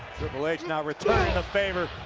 triple h now returning the favor,